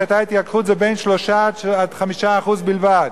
כשהיתה התייקרות זה בין 3% ל-5% בלבד.